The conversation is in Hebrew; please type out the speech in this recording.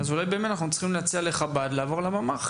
אז אולי אנחנו צריכים להציע לחב"ד לעבור לממ"ח,